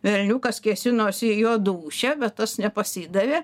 velniukas kėsinosi į jo dūšią bet tas nepasidavė